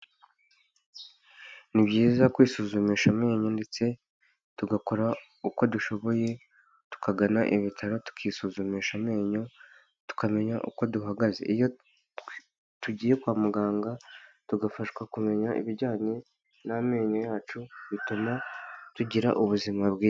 Ni byiza kwisuzumisha amenyo ndetse tugakora uko dushoboye tukagana ibitaro tukisuzumisha amenyo tukamenya uko duhagaze, iyo tugiye kwa muganga tugafashwa kumenya ibijyanye n'amenyo yacu bituma tugira ubuzima bwiza.